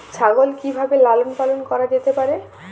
ছাগল কি ভাবে লালন পালন করা যেতে পারে?